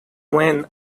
when